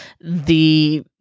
the-